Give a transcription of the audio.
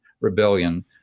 Rebellion